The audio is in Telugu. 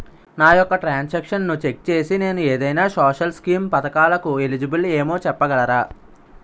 నా యెక్క ట్రాన్స్ ఆక్షన్లను చెక్ చేసి నేను ఏదైనా సోషల్ స్కీం పథకాలు కు ఎలిజిబుల్ ఏమో చెప్పగలరా?